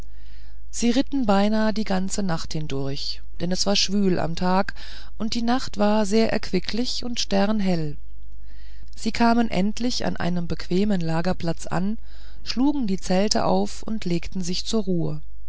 sie ritten beinahe die ganze nacht hindurch denn es war schwül am tage die nacht aber war erquicklich und sternhell sie kamen endlich an einem bequemen lagerplatz an schlugen die zelte auf und legten sich zur ruhe